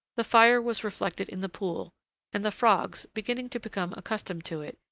the fire was reflected in the pool and the frogs, beginning to become accustomed to it,